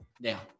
now